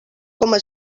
coma